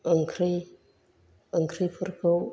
ओंख्रै ओंख्रैफोरखौ